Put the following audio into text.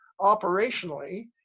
operationally